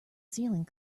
ceiling